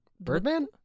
Birdman